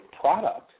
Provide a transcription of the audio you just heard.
product